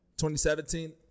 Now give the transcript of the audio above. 2017